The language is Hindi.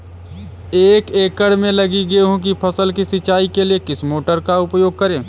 एक एकड़ में लगी गेहूँ की फसल की सिंचाई के लिए किस मोटर का उपयोग करें?